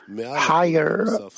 higher